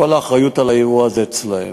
כל האחריות לאירוע הזה אצלם.